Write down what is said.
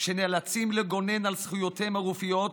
שנאלצים לגונן על זכויותיהם הרפואיות,